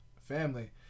family